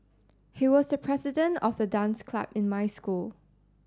he was the president of the dance club in my school